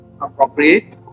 appropriate